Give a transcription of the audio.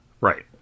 Right